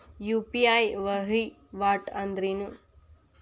UPI ವಹಿವಾಟ್ ಅಂದ್ರೇನು?